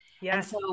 Yes